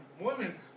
women